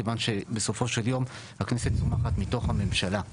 כיוון שבסופו של יום הכנסת צומחת מתוך הממשלה,